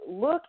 look